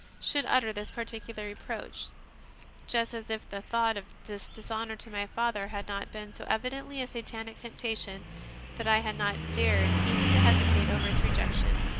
should utter this particular reproach just as if the thought of this dishonour to my father had not been so evidently a satanic temptation that i had not dared even to hesitate over its rejection.